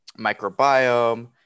microbiome